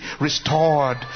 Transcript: restored